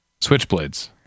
Switchblades